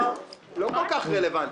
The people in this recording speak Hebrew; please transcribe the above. כבר לא כל כך רלוונטי.